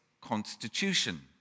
Constitution